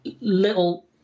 little